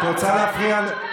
את רוצה להפריע,